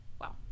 Wow